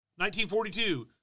1942